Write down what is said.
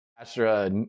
Astra